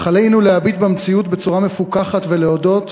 אך עלינו להביט במציאות בצורה מפוקחת ולהודות